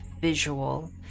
visual